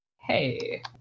hey